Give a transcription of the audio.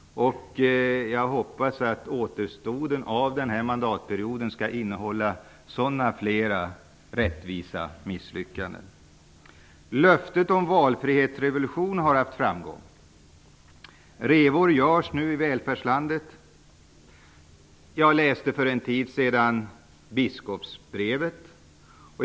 Jag hoppas att återstoden av mandatperioden skall innehålla fler sådana rättvisa misslyckanden. Löftet om valfrihetsrevolutionen har haft framgång. Det skapas revor i välfärdslandet. Jag läste för en tid sedan biskopsbrevet.